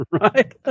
Right